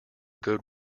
good